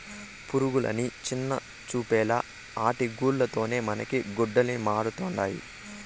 పురుగులని చిన్నచూపేలా ఆటి గూల్ల తోనే మనకి గుడ్డలమరుతండాయి